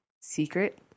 secret